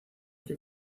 que